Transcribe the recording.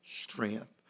strength